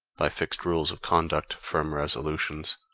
by fixed rules of conduct, firm resolutions,